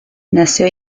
nació